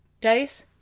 dice